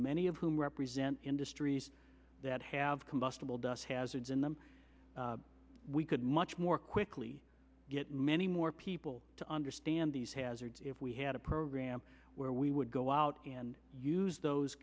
many of whom represent industries that have combustible dust hazards in them we could much more quickly get many more people to understand these hazards if we had a program where we would go out and use those